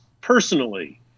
personally